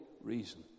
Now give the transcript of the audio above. reason